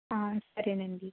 సరే అండి